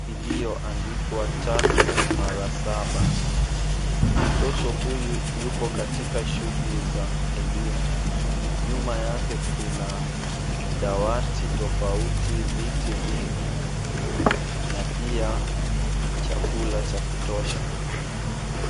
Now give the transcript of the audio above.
iliyoandikwa tatu mara saba. Mtoto huyu yupo katika shughuli za elimu. Nyuma yake kuna dawati tofauti, viti vingi na pia chakula cha kutosha.